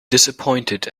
disappointed